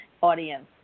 audience